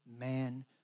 Man